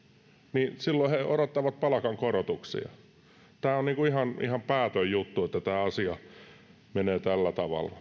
niin silloin he odottavat palkankorotuksia tämä on niin kuin ihan ihan päätön juttu että tämä asia menee tällä tavalla